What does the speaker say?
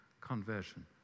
conversion